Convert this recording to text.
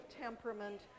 temperament